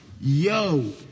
Yo